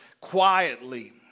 quietly